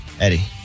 Eddie